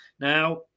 Now